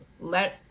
let